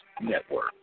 network